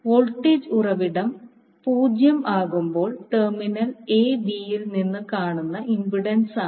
voltage ഉറവിടം 0 ആകുമ്പോൾ terminal a b യിൽ നിന്ന് കാണുന്ന ഇംപിഡൻസാണ്